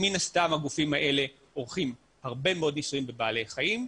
מן הסתם הגופים האלה עורכים הרבה מאוד ניסויים בבעלי חיים,